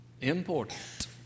important